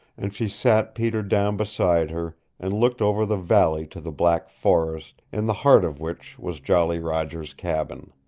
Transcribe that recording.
and she sat peter down beside her and looked over the valley to the black forest, in the heart of which was jolly roger's cabin.